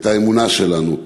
את האמונה שלנו,